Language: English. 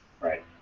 Right